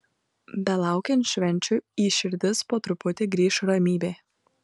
belaukiant švenčių į širdis po truputį grįš ramybė